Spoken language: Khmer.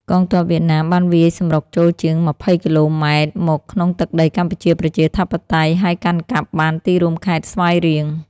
កងទ័ពវៀតណាមបានវាយសម្រុកចូលជាង ២០ គីឡូម៉ែត្រមកក្នុងទឹកដីកម្ពុជាប្រជាធិបតេយ្យ ហើយកាន់កាប់បានទីរួមខេត្តស្វាយរៀង។